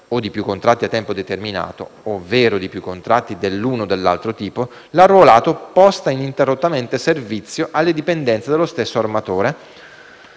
o di più contratti a tempo determinato, ovvero di più contratti dell'uno e dell'altro tipo, l'arruolato presta ininterrottamente servizio alle dipendenze dello stesso armatore